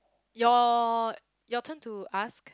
your your turn to ask